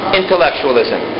intellectualism